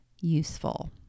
useful